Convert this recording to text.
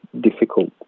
difficult